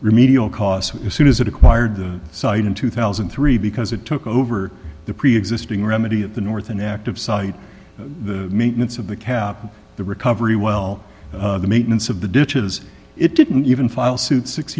remedial cost as soon as it acquired the site in two thousand and three because it took over the preexisting remedy of the north inactive site the maintenance of the cap and the recovery well the maintenance of the ditches it didn't even file s